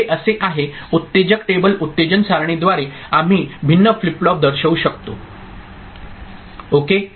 तर हे असे आहे उत्तेजक टेबल उत्तेजन सारणीद्वारे आम्ही भिन्न फ्लिप फ्लॉप दर्शवू शकतो ओके